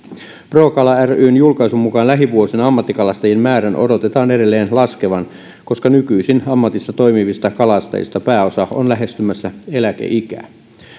pro kala ryn julkaisun mukaan lähivuosina ammattikalastajien määrän odotetaan edelleen laskevan koska nykyisin ammatissa toimivista kalastajista pääosa on lähestymässä eläkeikää ja